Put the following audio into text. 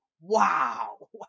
wow